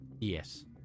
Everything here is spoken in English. Yes